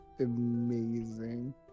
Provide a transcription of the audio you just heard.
amazing